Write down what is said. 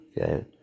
Okay